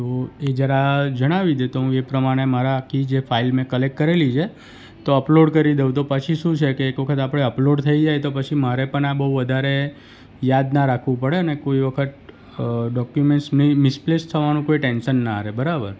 તો એ જરા જણાવી દે તો હું એ પ્રમાણે મારા કીજે ફાઈલ મે ક્લેક્ટ કરેલી છે તો અપલોડ કરી દઉં તો પછી શું છે કે એકવખત આપણે અપલોડ થઈ જાય તો પછી મારે પણ આ બઉ વધારે યાદ ના રાખવું પડે ને કોઈ વખત ડોક્યુમેન્ટ્સ નહીં મિસપ્લેસ થવાનુ કોઈ ટેન્સન ના રે બરાબર